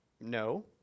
No